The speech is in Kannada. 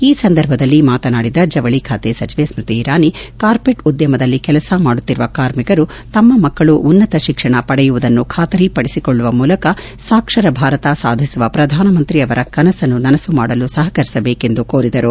ಈ ಸಂದರ್ಭದಲ್ಲಿ ಮಾತನಾಡಿದ ಜವಳಿ ಖಾತೆ ಸಚಿವೆ ಸ್ಮತಿ ಇರಾನಿ ಕಾರ್ಪೆಟ್ ಉದ್ಯಮದಲ್ಲಿ ಕೆಲಸ ಮಾಡುತ್ತಿರುವ ಕಾರ್ಮಿಕರು ತಮ್ಮ ಮಕ್ಕಳು ಉನ್ನತ ಶಿಕ್ಷಣ ಪಡೆಯುವುದನ್ನು ಖಾತರಿಪಡಿಸಿಕೊಳ್ಳುವ ಮೂಲಕ ಸಾಕ್ಷರ ಭಾರತ ಸಾಧಿಸುವ ಪ್ರಧಾನಮಂತ್ರಿ ಅವರ ಕನಸನ್ನು ನನಸು ಮಾಡಲು ಸಪಕರಿಸಬೇಕೆಂದು ಕೋರಿದರು